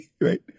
Right